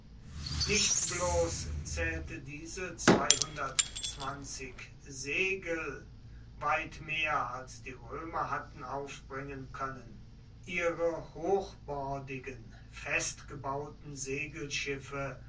nicht bloß zählte diese zweihundertzwanzig segel weit mehr als die römer hatten aufbringen können ihre hochbordigen festgebauten